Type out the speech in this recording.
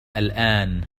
الآن